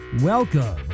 Welcome